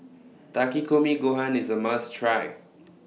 Takikomi Gohan IS A must Try